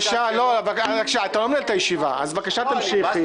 אתה לא מנהל את הישיבה, אז בבקשה תמשיכי.